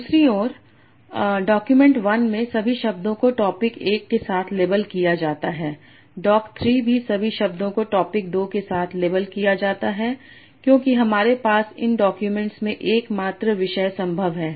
दूसरी ओर डॉक्यूमेंट 1 में सभी शब्दों को टॉपिक 1 के साथ लेबल किया जाता है डॉक 3 भी सभी शब्दों को टॉपिक 2 के साथ लेबल किया जाता है क्योंकि हमारे पास इन डाक्यूमेंट्स में एकमात्र विषय संभव है